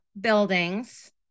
buildings